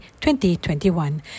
2021